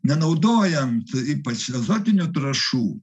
nenaudojant ypač azotinių trąšų